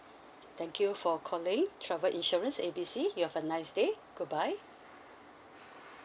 thank you for calling travel insurance A B C you have a nice day goodbye